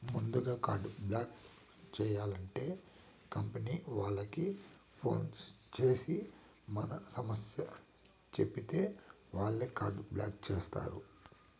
ముందుగా card block చేయాలంటే company వాళ్లకి ఫోన్ చేసి మన సమస్య చెప్పితే వాళ్లే కార్డు బ్లాక్ చేస్తారు